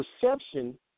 perception